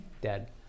dead